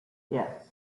yes